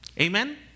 Amen